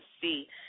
see